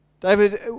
David